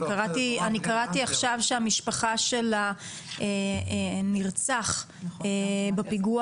אני קראתי עכשיו שהמשפחה של הנרצח בפיגוע